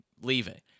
leaving